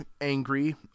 angry